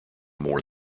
more